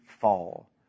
fall